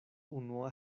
unua